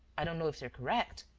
i don't know if they're correct,